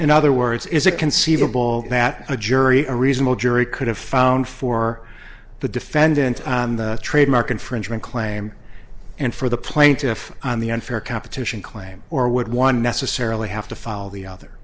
in other words is it conceivable that a jury a reasonable jury could have found for the defendant trademark infringement claim and for the plaintiff on the unfair competition claim or would one necessarily have to file the other